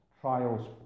trials